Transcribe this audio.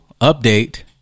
update